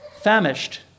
famished